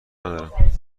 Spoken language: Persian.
ندارم